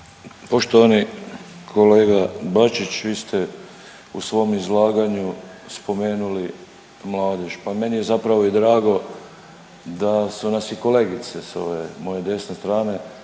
Poštovani kolega Bačić, vi ste u svom izlaganju spomenuli mladež. Pa meni je zapravo i drago da su nas i kolegice sa ove moje desne strane